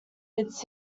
its